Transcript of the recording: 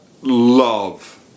love